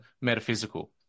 metaphysical